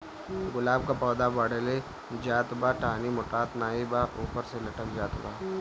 गुलाब क पौधा बढ़ले जात बा टहनी मोटात नाहीं बा ऊपर से लटक जात बा?